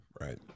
Right